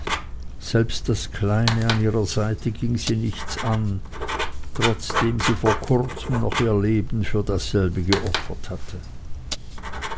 selbst das kleine an ihrer seite ging sie nichts an trotzdem sie vor kurzem noch ihr leben für dasselbe geopfert hatte